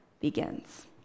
begins